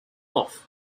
off